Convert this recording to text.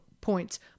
points